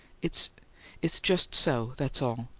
it's it's just so that's all!